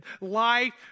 Life